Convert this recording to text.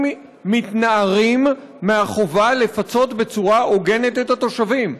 מתנערים מהחובה לפצות בצורה הוגנת את התושבים.